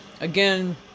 again